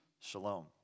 shalom